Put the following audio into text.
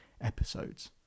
episodes